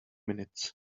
minutes